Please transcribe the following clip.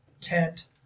tent